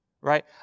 right